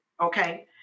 Okay